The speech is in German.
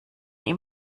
ihm